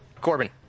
Corbin